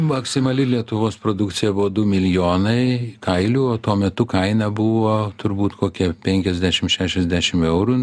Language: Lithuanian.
maksimali lietuvos produkcija buvo du milijonai kailių tuo metu kaina buvo turbūt kokie penkiasdešim šešiasdešim eurų